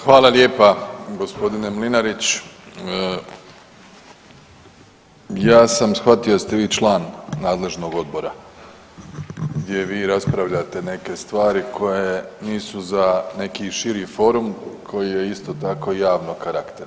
Hvala lijepa gospodine Mlinarić, ja sam shvatio da ste vi član nadležnog odbora, gdje vi raspravljate neke stvari koje nisu za neki širi forum koji je isto tako javnog karaktera.